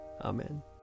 Amen